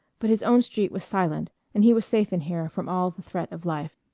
but his own street was silent and he was safe in here from all the threat of life,